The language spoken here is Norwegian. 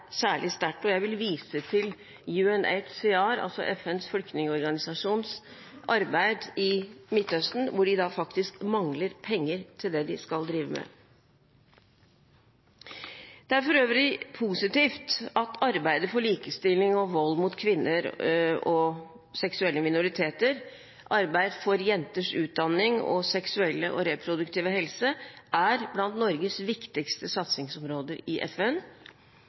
særlig sterkt. Jeg vil vise til UNHCR, altså FNs flyktningorganisasjon, sitt arbeid i Midtøsten, hvor de faktisk mangler penger til det de skal drive med. Det er for øvrig positivt at arbeidet for likestilling og mot vold mot kvinner og seksuelle minoriteter og arbeidet for jenters utdanning og seksuelle og reproduktive helse er blant Norges viktigste satsingsområder i FN.